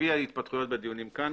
ולפי ההתפתחויות בדיונים כאן